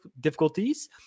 difficulties